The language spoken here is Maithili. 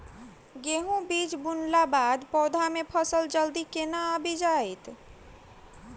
गेंहूँ बीज बुनला बाद पौधा मे फसल जल्दी केना आबि जाइत?